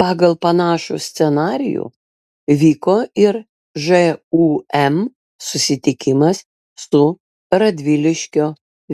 pagal panašų scenarijų vyko ir žūm susitikimas su radviliškio